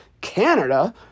Canada